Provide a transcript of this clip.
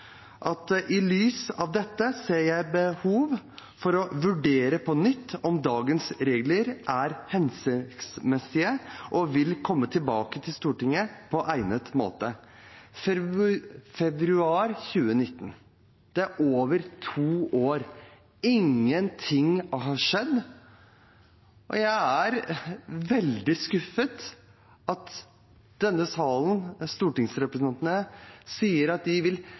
lys av dette ser jeg at det er behov for å vurdere på nytt om dagens regler er hensiktsmessige, og vil komme tilbake til Stortinget på egnet måte.» Det var i februar 2019. Det er over to år siden. Ingenting har skjedd. Jeg er veldig skuffet over at denne salen – stortingsrepresentantene – sier at de vil